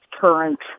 current